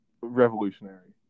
revolutionary